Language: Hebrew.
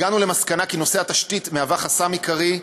הגענו למסקנה כי נושא התשתית מהווה חסם עיקרי,